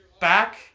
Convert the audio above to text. back